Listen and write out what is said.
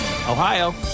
Ohio